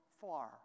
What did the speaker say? far